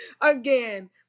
Again